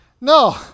no